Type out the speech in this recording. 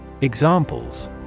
Examples